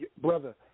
brother